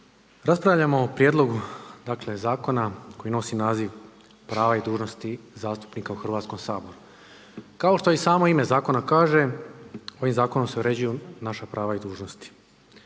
Raspravljamo o prijedlogu zakona koji nosi naziv prava i dužnosti zastupnika u Hrvatskom saboru. Kao što i samo ime zakona kaže ovim zakonom se uređuju naša prava i dužnosti.